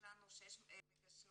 יש לנו שש מגשרות